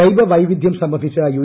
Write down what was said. ജൈവവൈവിധൃം സംബന്ധിച്ച യു